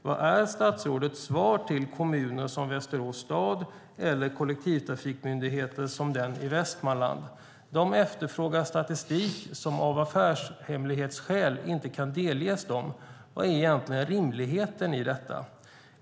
Vad är statsrådets svar till kommuner som Västerås stad eller kollektivtrafikmyndigheter som den i Västmanland? De efterfrågar statistik som av affärshemlighetsskäl inte kan delges dem. Vad är egentligen rimligheten i detta?